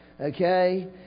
okay